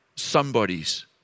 somebody's